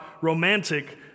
romantic